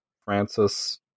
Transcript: Francis